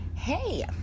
Hey